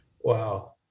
Wow